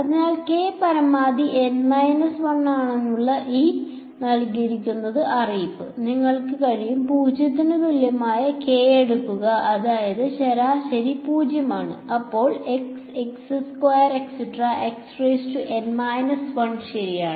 അതിനാൽ k പരമാവധി N 1 ആണെന്നുള്ള ഈ അറിയിപ്പ് നിങ്ങൾക്ക് കഴിയും 0 ന് തുല്യമായ k എടുക്കുക അതായത് ശരാശരി 0 ആണ് അപ്പോൾ ശരിയാണ്